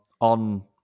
on